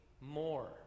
more